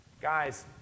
Guys